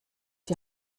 die